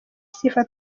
sifa